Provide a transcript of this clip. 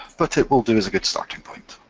but it will do as a good starting point.